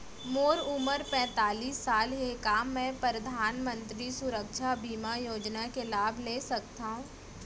मोर उमर पैंतालीस साल हे का मैं परधानमंतरी सुरक्षा बीमा योजना के लाभ ले सकथव?